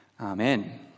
Amen